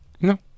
No